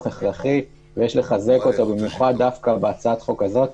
הכרחי ויש לחזק אותו במיוחד בהצעת החוק הזאת,